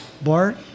Bart